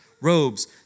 Robes